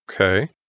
Okay